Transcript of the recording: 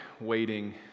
waiting